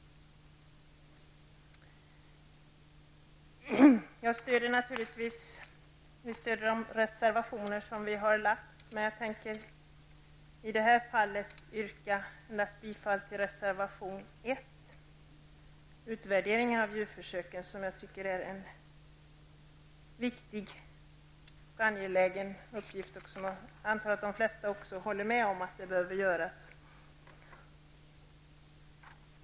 Jag stöder naturligtvis våra reservationer, men jag tänker i det här fallet endast yrka bifall till reservation 1 om en utvärdering av djurförsöken, som jag tycker är en viktig och angelägen uppgift. Jag antar att de flesta håller med om att en utvärdering behöver göras.